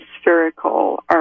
Spherical